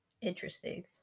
Interesting